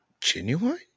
genuine